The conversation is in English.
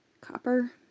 Copper